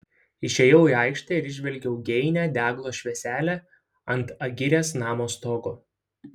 išėjau į aikštę ir įžvelgiau geinią deglo švieselę ant agirės namo stogo